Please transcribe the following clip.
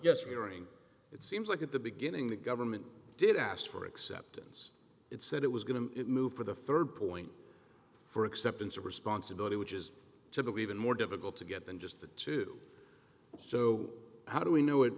yes hearing it seems like at the beginning the government did ask for acceptance it said it was going to move for the rd point for acceptance of responsibility which is to believe in more difficult to get than just the two so how do we know it